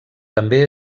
també